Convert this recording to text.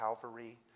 Calvary